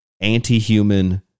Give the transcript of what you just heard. anti-human